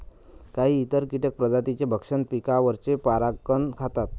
काही इतर कीटक प्रजातींचे भक्षक पिकांवरचे परागकण खातात